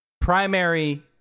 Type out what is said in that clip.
primary